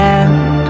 end